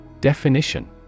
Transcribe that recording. Definition